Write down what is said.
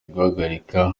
guhagarika